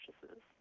purchases